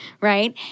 Right